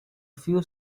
few